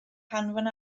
hanfon